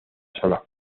sola